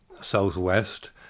southwest